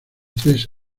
tres